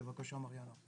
בבקשה מריאנה.